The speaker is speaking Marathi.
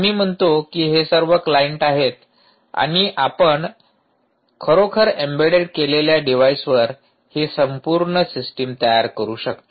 आम्ही म्हणतो कि हे सर्व क्लाइंट आहेत आणि आपण खरोखर एम्बेड केलेल्या डिव्हाइसवर ही संपूर्ण सिस्टम तयार करू शकता